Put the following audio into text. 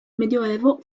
medioevo